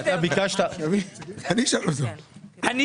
לפי